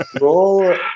roll